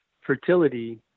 fertility